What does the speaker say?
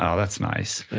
ah that's nice.